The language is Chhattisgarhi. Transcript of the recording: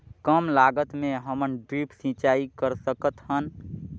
कम लागत मे हमन ड्रिप सिंचाई कर सकत हन?